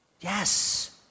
Yes